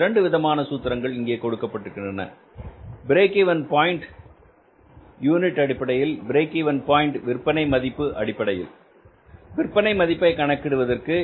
இரண்டு விதமான சூத்திரங்கள் இங்கே கொடுக்கப்பட்டிருக்கின்றன பிரேக் இவென் பாயின்ட் யூனிட் அடிப்படையில் பிரேக் இவென் பாயின்ட் விற்பனை மதிப்பு அடிப்படையில் விற்பனை மதிப்பை கணக்கிடுவதற்கு